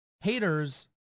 haters